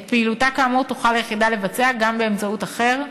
את פעילותה כאמור תוכל היחידה לבצע גם באמצעות אחר,